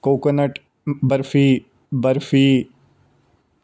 coconut barfi barfi